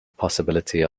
possibility